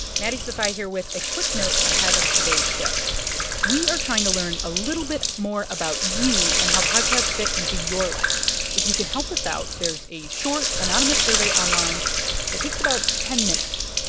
maddie sofia here with a quick note ahead of today's show we are trying to learn a little bit more about you and how podcasts fit into your life. if you can help us out, there's a short anonymous survey online that takes about ten minutes.